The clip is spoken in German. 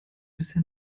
bisher